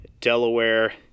Delaware